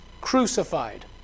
crucified